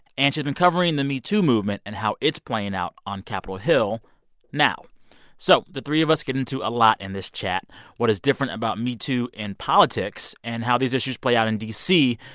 and she's been covering the metoo movement and how it's playing out on capitol hill now so the three of us get into a lot in this chat what is different about metoo in politics and how these issues play out in d c.